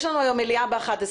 יש לנו היום מליאה ב-11:00.